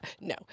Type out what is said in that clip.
no